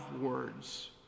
words